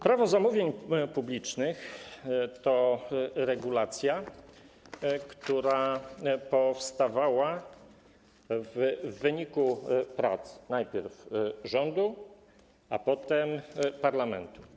Prawo zamówień publicznych to jest regulacja, która powstawała w wyniku prac najpierw rządu, a potem parlamentu.